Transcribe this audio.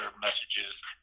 messages